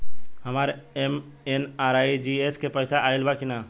हमार एम.एन.आर.ई.जी.ए के पैसा आइल बा कि ना?